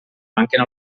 manquen